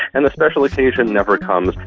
and the special occasion never comes,